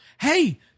hey